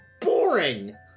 boring